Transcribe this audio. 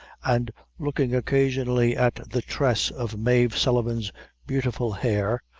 and looking occasionally at the tress of mave sullivan's beautiful hair,